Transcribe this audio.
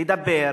לדבר,